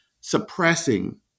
suppressing